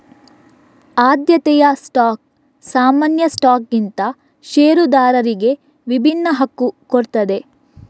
ಆದ್ಯತೆಯ ಸ್ಟಾಕ್ ಸಾಮಾನ್ಯ ಸ್ಟಾಕ್ಗಿಂತ ಷೇರುದಾರರಿಗೆ ವಿಭಿನ್ನ ಹಕ್ಕು ಕೊಡ್ತದೆ